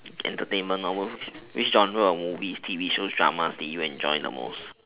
entertainment which genre or movies T_V shows dramas did you enjoy the most